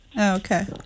Okay